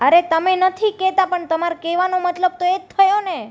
અરે તમે નથી કહેતા પણ તમારા કહેવાનો મતલબ તો એ જ થયોને